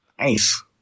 Nice